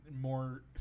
more